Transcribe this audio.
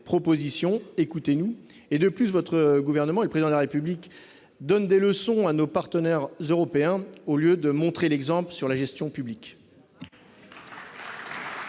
écoutez-nous et de plus votre gouvernement et président de la République donne des leçons à nos partenaires européens, au lieu de montrer l'exemple sur la gestion publique.